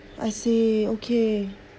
I see okay